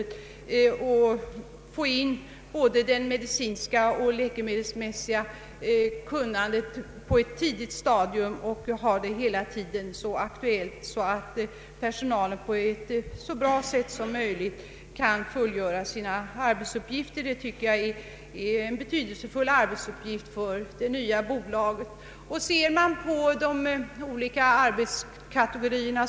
Det gäller att hålla det medicinska och läkemedelsmässiga kunnandet så aktuellt som möjligt för att personalen skall kunna fullgöra sina uppgifter så bra som möjligt. Det är en betydelsefull arbetsuppgift för det nya bolaget. Det har funnits studienämnder för de olika personalkategorierna.